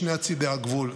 משני צידי הגבול,